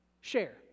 share